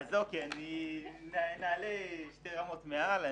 אוקיי, אז נעלה שתי רמות מעל.